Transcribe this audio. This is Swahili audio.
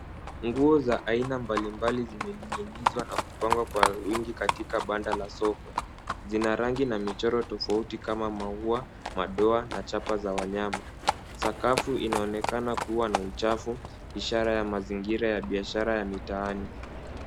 Nguo za aina mbali mbali zimening'inizwa na kupangwa kwa wingi katika banda la soko. Zina rangi na michoro tofauti kama maua, madoa na chapa za wanyama. Sakafu inaonekana kuwa na uchafu, ishara ya mazingira ya biashara ya mitaani.